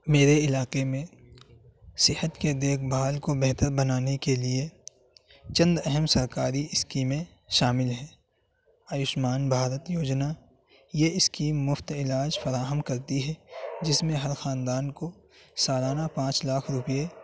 میرے علاقے میں صحت کے دیکھ بھال کو بہتر بنانے کے لیے چند اہم سرکاری اسکیمیں شامل ہیں آیوشمان بھارت یوجنا یہ اسکیم مفت علاج فراہم کرتی ہے جس میں ہر خاندان کو سالانہ پانچ لاکھ روپے